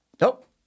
nope